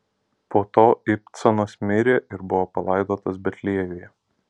po to ibcanas mirė ir buvo palaidotas betliejuje